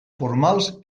formals